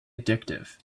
addictive